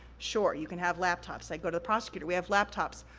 sure, you can have laptops. i go to the prosecutor, we have laptops.